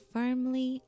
firmly